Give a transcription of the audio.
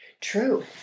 True